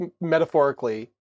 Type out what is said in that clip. metaphorically